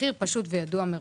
מחיר פשוט וידוע מראש.